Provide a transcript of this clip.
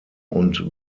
und